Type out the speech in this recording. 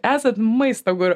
esat maisto guru